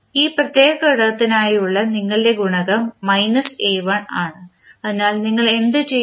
ഈ പ്രത്യേക ഘടകത്തിനായുള്ള നിങ്ങളുടെ ഗുണകം മൈനസ് a1 ആണ് അതിനാൽ നിങ്ങൾ എന്തു ചെയ്യും